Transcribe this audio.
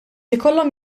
ikollhom